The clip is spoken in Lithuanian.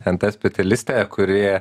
en te specialistė kuri